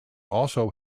also